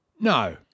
No